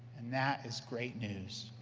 and that is great news!